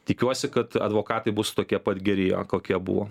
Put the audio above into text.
tikiuosi kad advokatai bus tokie pat geri jo kokie buvo